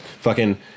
Fucking-